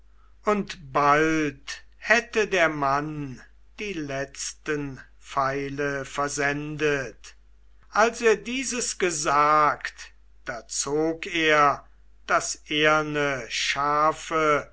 und bald hätte der mann die letzten pfeile versendet als er dieses gesagt da zog er das eherne scharfe